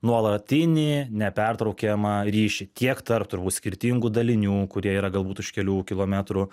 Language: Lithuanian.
nuolatinį nepertraukiamą ryšį tiek tarp turbūt skirtingų dalinių kurie yra galbūt už kelių kilometrų